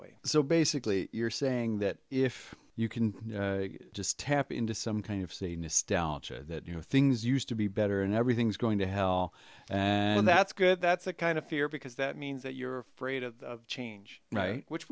way so basically you're saying that if you can just tap into some kind of see that you know things used to be better and everything's going to hell and that's good that's a kind of fear because that means that you're afraid of change right which